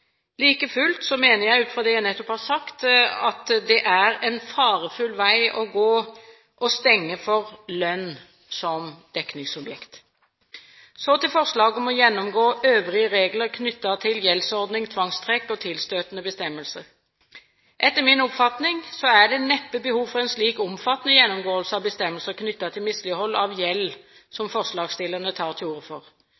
Like fullt mener jeg – ut fra det jeg nettopp har sagt – at det er en farefull vei å gå å stenge for lønn som dekningsobjekt. Så til forslaget om å gjennomgå øvrige regler knyttet til gjeldsordning, tvangstrekk og tilstøtende bestemmelser. Etter min oppfatning er det neppe behov for en slik omfattende gjennomgåelse av bestemmelser knyttet til mislighold av gjeld som